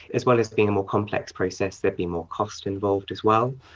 as well as being a more complex process there'd be more costs involved as well.